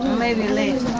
maybe later.